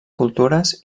cultures